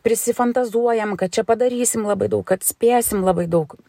prisifantazuojam kad čia padarysim labai daug kad spėsim labai daug